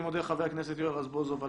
אני מודה לחבר הכנסת יואל רזבוזוב על